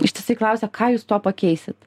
ištisai klausia ką jūs tuo pakeisit